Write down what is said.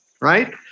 right